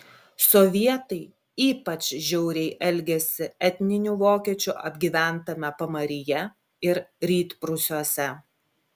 sovietai ypač žiauriai elgėsi etninių vokiečių apgyventame pamaryje ir rytprūsiuose